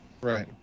Right